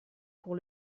pour